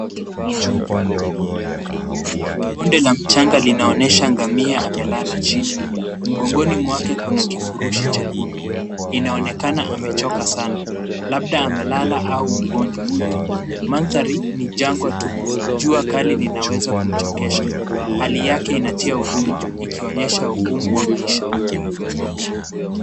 Bonde la mchanga linaonyesha ngamia amelala chini. Mgongoni mwake kuna kifurushi chekundu. Inaonekana amechoka sana. Labda amelala au mgonjwa. Mandhari ni jangwa tupu. Jua kali linaweza kumuchokesha. Hali yake inatia huruma ikionyesha ugumu wa maisha.